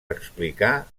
explicar